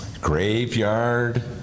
Graveyard